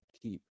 keep